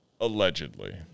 Allegedly